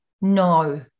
no